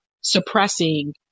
suppressing